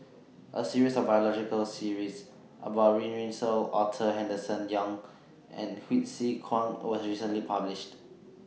A series of biological series about Run Run Shaw Arthur Henderson Young and Hsu Tse Kwang was recently published